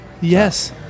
Yes